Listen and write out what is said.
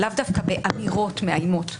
לאו דווקא באמירות מאיימות כמו: